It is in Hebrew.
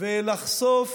ולחשוף